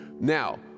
Now